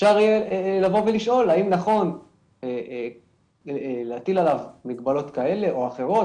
אפשר יהיה לשאול האם נכון להטיל עליו מגבלות כאלה או אחרות,